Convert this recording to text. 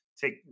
take